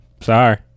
sorry